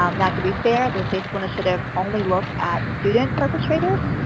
um now to be fair, the safe school initiative only looked at student perpetrators.